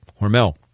Hormel